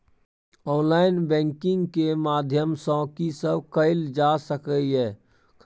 Online banking के माध्यम सं की सब कैल जा सके ये?